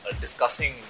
discussing